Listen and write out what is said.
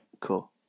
cool